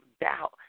doubt